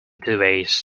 duvets